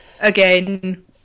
Again